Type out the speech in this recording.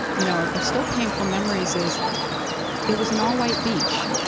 you know, are are still painful memories, is it was an all-white beach.